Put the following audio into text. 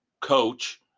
coach